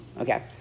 Okay